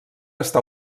està